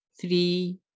three